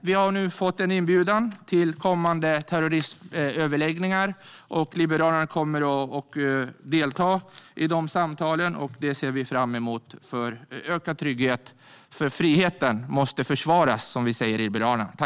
Vi har nu fått en inbjudan till kommande terrorismöverläggningar, som Liberalerna kommer att delta i. Det ser vi fram emot för en ökad trygghet, för friheten måste försvaras, som vi säger i Liberalerna.